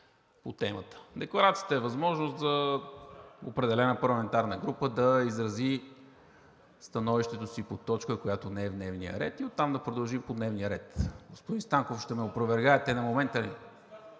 по темата. Декларацията е възможност определена парламентарна група да изрази становището си по точка, която не е в дневния ред, и оттам да продължим по дневния ред. Господин Станков, ще ме опровергаете на момента